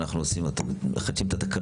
אבל ליתר ביטחון הם לא רוצים לפתוח את